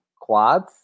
Quads